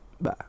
bye